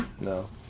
No